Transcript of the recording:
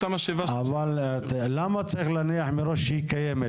אותה משאבה --- למה צריך להניח מראש שהיא קיימת?